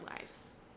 lives